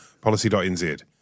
Policy.nz